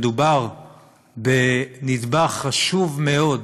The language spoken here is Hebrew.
מדובר בנדבך חשוב מאוד,